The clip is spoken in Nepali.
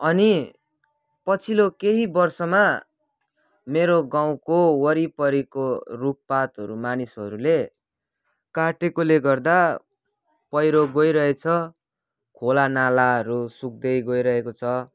अनि पछिलो केही वर्षमा मेरो गाउँको वरिपरिको रुखपातहरू मानिसहरूले काटेकोले गर्दा पहिरो गइरहेछ खोलानालाहरू सुक्दै गइरकेको छ